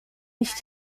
nicht